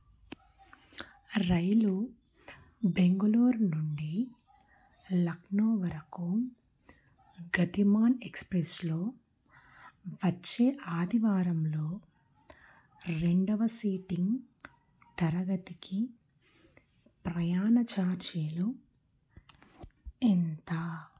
రైలు బెంగుళూర్ నుండి లక్నో వరకు గతిమాన్ ఎక్స్ప్రెస్లో వచ్చే ఆదివారంలో రెండవ సీటింగ్ తరగతికి ప్రయాణ ఛార్జీలు ఎంత